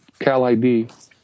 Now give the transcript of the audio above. CalID